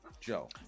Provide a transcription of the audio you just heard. Joe